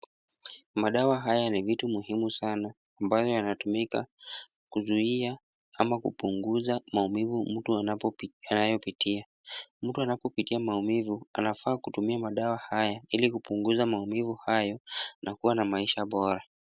Madawa haya ni vitu muhimu sana, ambayo yanatumika kuzuia ama kupunguza maumivu mtu anayopitia. Mtu anapopitia maumivu anafaa kutumia madawa haya ili kupunguza maumivu hayo na kuwa na maisha bora.